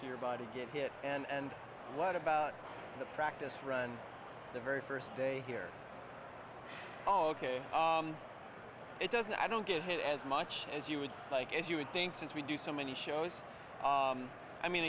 of your body get hit and what about the practice run the very first day here oh ok it doesn't i don't get hit as much as you would like as you would think since we do so many shows i mean